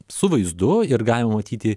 su vaizdu ir galima matyti